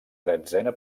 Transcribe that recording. tretzena